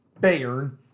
Bayern